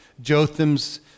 Jotham's